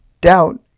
doubt